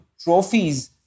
trophies